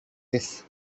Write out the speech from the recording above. this